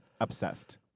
obsessed